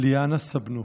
ליאנה סבנוק,